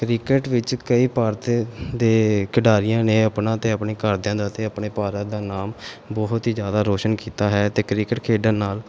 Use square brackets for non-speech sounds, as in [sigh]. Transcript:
cricket ਵਿੱਚ ਕਈ ਭਾਰਤ [unintelligible] ਦੇ ਖਿਡਾਰੀਆਂ ਨੇ ਆਪਣਾ ਅਤੇ ਆਪਣੇ ਘਰਦਿਆਂ ਦਾ ਅਤੇ ਆਪਣੇ ਭਾਰਤ ਦਾ ਨਾਮ ਬਹੁਤ ਹੀ ਜ਼ਿਆਦਾ ਰੋਸ਼ਨ ਕੀਤਾ ਹੈ ਅਤੇ ਕ੍ਰਿਕਟ ਖੇਡਣ ਨਾਲ